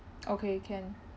okay can